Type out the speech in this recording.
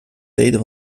tijden